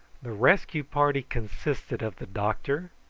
the rescue party consisted of the doctor,